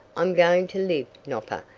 i'm going to live, nopper,